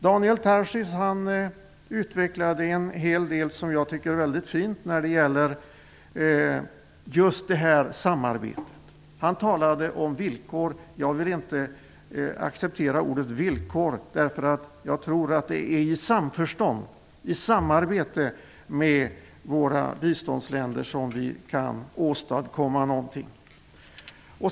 Daniel Tarschys utvecklade en hel del om just detta samarbete som jag tycker är väldigt fint. Han talade om villkor, men jag vill inte acceptera det ordet, därför att jag tror att det är i samförstånd och i samarbete med våra biståndsländer som vi kan åstadkomma någonting.